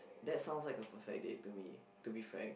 that sounds like a perfect date to me to be frank